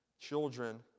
children